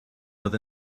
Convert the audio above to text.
oedd